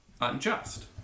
unjust